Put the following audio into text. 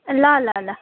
ल ल ल